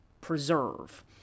preserve